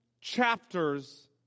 chapters